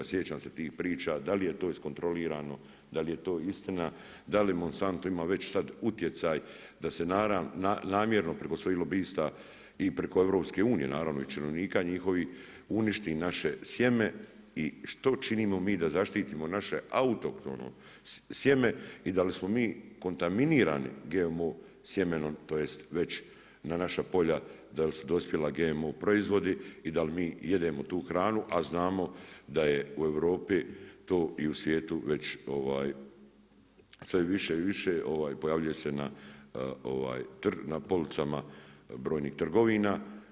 Sjećam se tih priča, da li je to iskontrolirano, da li je to istina, da li Monsanto ima već sad utjecaj da se namjerno preko svojih lobista i preko EU naravno i činovnika njihovih uništi naše sjeme i što činimo mi da zaštitimo naše autohtono sjeme i da li smo mi kontaminirani GMO sjemenom, tj. već na naša polja da li su dospjeli GMO proizvodi i da li mi jedemo tu hranu a znamo da je u Europi to i svijetu već sve više i više pojavljuje se na policama brojnih trgovina.